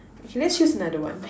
okay let's choose another one